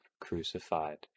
crucified